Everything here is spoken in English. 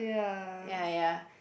yeah yeah